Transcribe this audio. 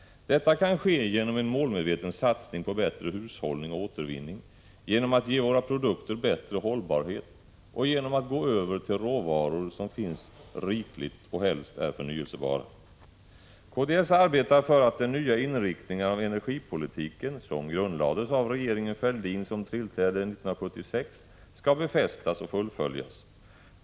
Detta kan ske genom en målmedveten satsning på bättre hushållning och återvinning, genom att vi ger våra produkter bättre hållbarhet och genom att vi går över till råvaror som finns rikligt och helst är förnybara. Kds arbetar för att den nya inriktningen av energipolitiken, som grundlades av regeringen Fälldin, som tillträdde 1976, skall befästas och fullföljas.